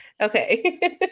Okay